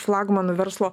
flagmanų verslo